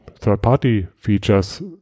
Third-Party-Features